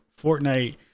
Fortnite